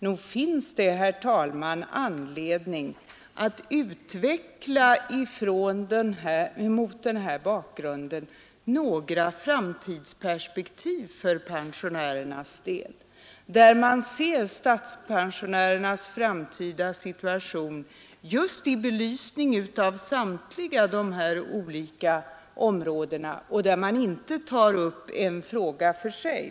Nog finns det, herr talman, mot denna bakgrund anledning att för pensionärernas del utveckla några framtidsperspektiv, där man ser statspensionärernas framtida situation i belysning av samtliga dessa olika områden och där man inte tar upp varje fråga för sig.